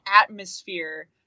atmosphere